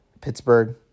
Pittsburgh